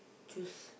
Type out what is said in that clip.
just